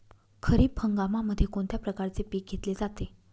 खरीप हंगामामध्ये कोणत्या प्रकारचे पीक घेतले जाते?